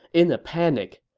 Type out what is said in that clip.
in a panic,